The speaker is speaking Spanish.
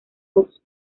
cox